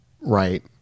right